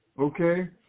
okay